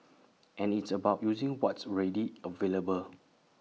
and it's about using what's already available